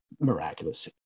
miraculous